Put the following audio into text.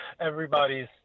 everybody's